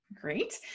Great